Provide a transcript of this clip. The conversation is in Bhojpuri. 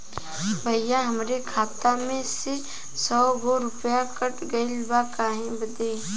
भईया हमरे खाता मे से सौ गो रूपया कट गइल बा काहे बदे?